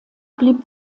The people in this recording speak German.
blieb